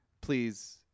Please